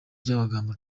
byabagamba